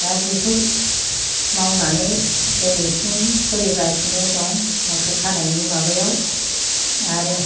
दा बिखौ मावनानै दिनैसिम सोलिगासिनो दं मोसौ खानायनि माबायाव आरो